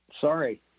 Sorry